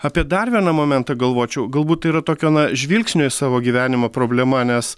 apie dar vieną momentą galvočiau galbūt yra tokio žvilgsnio į savo gyvenimą problema nes